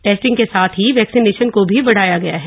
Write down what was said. testing के साथ ही वक्ष्सीनेशन को भी बढ़ाया गया है